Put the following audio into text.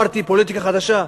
אמרתי: פוליטיקה חדשה.